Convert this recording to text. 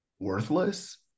worthless